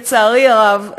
לצערי הרב,